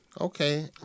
Okay